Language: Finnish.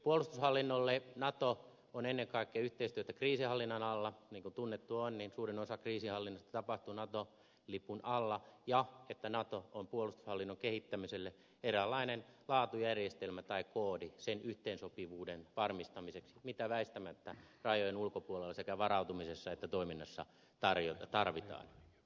puolustushallinnolle nato on ennen kaikkea yhteistyötä kriisinhallinnan alalla niin kuin tunnettua on suurin osa kriisinhallinnasta tapahtuu nato lipun alla ja nato on puolustushallinnon kehittämiselle eräänlainen laatujärjestelmä tai koodi sen yhteensopivuuden varmistamiseksi mitä väistämättä rajojen ulkopuolella sekä varautumisessa että toiminnassa tarvitaan